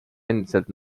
endiselt